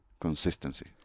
consistency